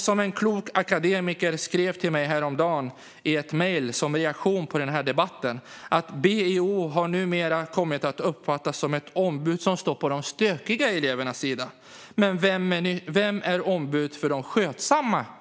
Som en klok akademiker skrev till mig i ett mejl häromdagen som reaktion på den här debatten: BEO har numera kommit att uppfattas som ett ombud som står på de stökiga elevernas sida. Men vem är ombud för de skötsamma eleverna?